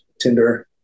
Tinder